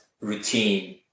routine